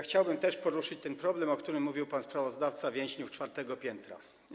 Chciałbym poruszyć ten problem, o którym mówił pan sprawozdawca, więźniów czwartego piętra.